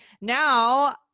Now